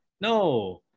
no